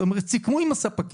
זאת אומרת סיכמו עם הספקים.